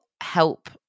help